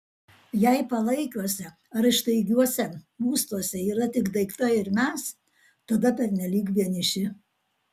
jei palaikiuose ar ištaigiuose būstuose yra tik daiktai ir mes tada pernelyg vieniši